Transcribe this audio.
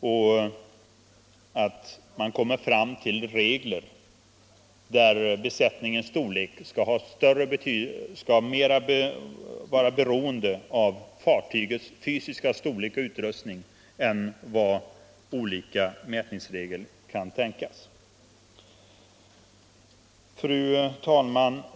Man måste komma fram till regler, där besättningens storlek blir mer beroende av fartygets fysiska storlek och utrustning än av mätningsreglernas utformning. Fru talman!